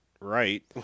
right